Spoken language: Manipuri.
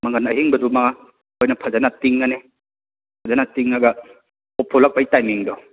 ꯃꯪꯒꯟ ꯑꯍꯤꯡꯕꯗꯨꯃ ꯑꯩꯈꯣꯏꯅ ꯐꯖꯅ ꯇꯤꯡꯉꯅꯤ ꯐꯖꯅ ꯇꯤꯡꯉꯒ ꯄꯣꯞꯂꯛꯄꯩ ꯇꯥꯏꯃꯤꯡꯗꯣ